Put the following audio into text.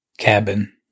cabin